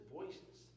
Voices